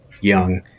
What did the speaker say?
young